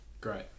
Great